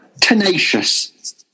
Tenacious